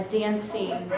dancing